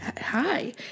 Hi